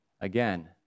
again